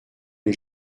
les